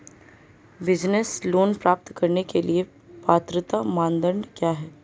Business loan प्राप्त करने के लिए पात्रता मानदंड क्या हैं?